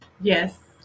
Yes